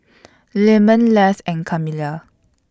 Lemon Les and Camilia